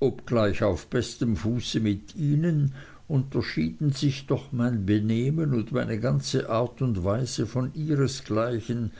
obgleich auf bestem fuß mit ihnen unterschieden sich doch mein benehmen und meine ganze art und weise von ihresgleichen